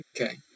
Okay